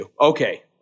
Okay